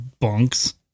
bunks